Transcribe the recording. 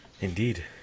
indeed